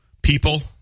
people